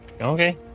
Okay